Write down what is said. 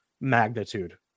magnitude